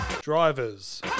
Drivers